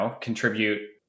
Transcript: contribute